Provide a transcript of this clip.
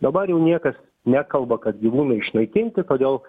dabar jau niekas nekalba kad gyvūnai išnaikinti todėl